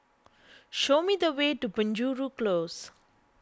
show me the way to Penjuru Close